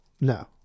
no